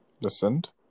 listened